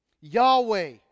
Yahweh